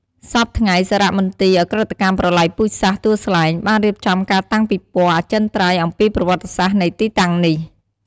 សព្វថ្ងៃ សារមន្ទីរឧក្រិដ្ឋកម្មប្រល័យពូជសាសន៍ទួលស្លែង បានរៀបចំការតាំងពិព័រណ៍អចិន្ត្រៃយ៍អំពីប្រវត្តិសាស្ត្រនៃទីតាំងនេះ។